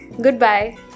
Goodbye